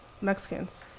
Mexicans